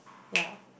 ya